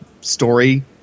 story